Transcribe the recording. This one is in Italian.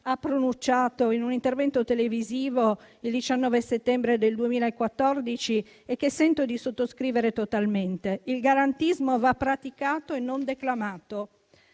pronunciato in un intervento televisivo il 19 settembre del 2014 e che sento di sottoscrivere totalmente: il garantismo va praticato e non declamato.